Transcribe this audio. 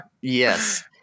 yes